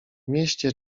mieście